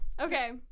Okay